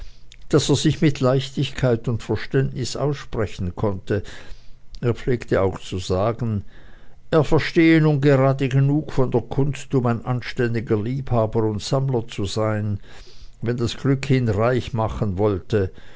daß er sich mit leichtigkeit und verständnis aussprechen konnte er pflegte auch zu sagen er verstehe nun gerade genug von der kunst um ein anständiger liebhaber und sammler zu sein wenn das glück ihn reich machen wollte